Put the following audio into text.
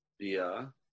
via